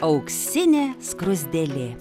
auksinė skruzdėlė